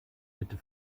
bitte